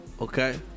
Okay